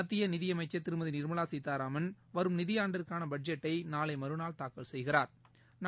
மத்தியநிதிஅமைச்சர் திருமதிநிர்மலாசீதாராமன் வரும் நிதிஆண்டிற்கானபட்ஜெட்டைநாளைமறுநாள் தாக்கல் செய்கிறாா்